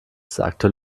sagte